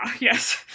yes